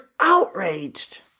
outraged